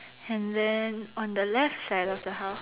and then on the left side of the house